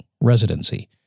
residency